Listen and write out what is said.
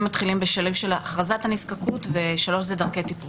מתחילים בשלב של הכרזת הנזקקות וסעיף 3 הוא דרכי טיפול.